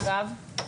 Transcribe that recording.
אגב,